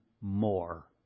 more